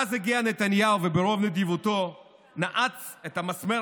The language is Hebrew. ואז הגיע נתניהו וברוב נדיבותו נעץ את המסמר